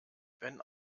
wenn